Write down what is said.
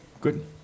good